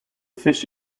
fish